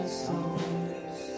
songs